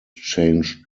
changed